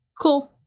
Cool